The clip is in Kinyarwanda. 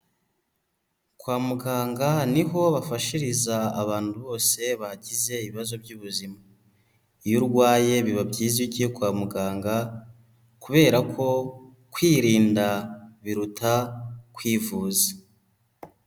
Kwa muganga ni ho bafashiriza abantu bose bagize ibibazo by'ubuzima, iyo urwaye biba byiza iyo ugiye kwa muganga kubera ko kwirinda biruta kwivuza.